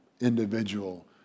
individual